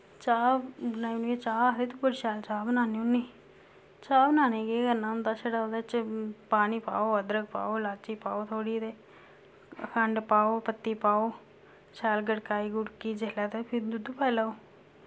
चाह् बनाई ओड़नी चाह् आखदे तू बड़ी शैल चाह् बनान्नी होन्नी चाह् बनान्ने केह् करना होंदा छड़ा ओह्दे च पानी पाओ अदरक पाओ लाची पाओ थोह्ड़ी ते खंड पाओ पत्ती पाओ शैल गड़काई गुड़की जेल्लै ते फिर दुद्ध पाई लैओ